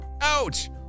Ouch